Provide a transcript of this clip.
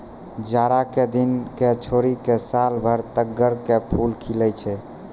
जाड़ा के दिनों क छोड़ी क सालों भर तग्गड़ के फूल खिलै छै